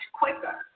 quicker